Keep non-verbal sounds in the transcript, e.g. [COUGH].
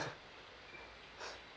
[LAUGHS]